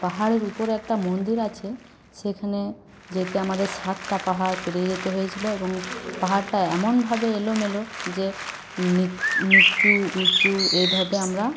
পাহাড়ের উপরে একটা মন্দির আছে সেখানে যেতে আমাদের সাতটা পাহাড় পেরিয়ে যেতে হয়েছিলো এবং পাহাড়টা এমনভাবে এলোমেলো যে নিচু উঁচু এইভাবে আমরা